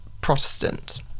Protestant